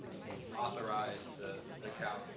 authorize the account,